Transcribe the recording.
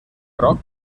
groc